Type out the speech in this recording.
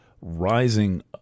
rising